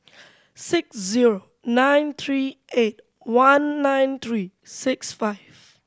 six zero nine three eight one nine three six five